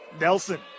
Nelson